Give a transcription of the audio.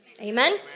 Amen